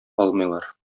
алмыйлар